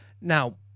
now